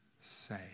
say